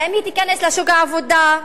האם היא תיכנס לשוק העבודה.